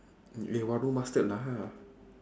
eh !wah! don't bastard lah